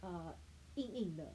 uh 硬硬的